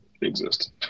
exist